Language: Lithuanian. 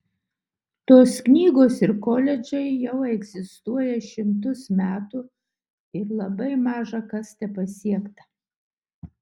tos knygos ir koledžai jau egzistuoja šimtus metų ir labai maža kas tepasiekta